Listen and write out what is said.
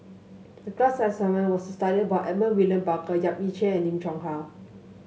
the class assignment was to study about Edmund William Barker Yap Ee Chian and Lim Chong Yah